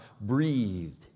breathed